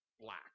black